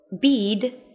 bead